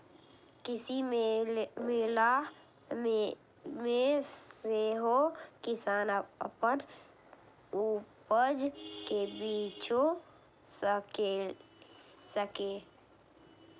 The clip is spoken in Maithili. कृषि मेला मे सेहो किसान अपन उपज कें बेचि सकैए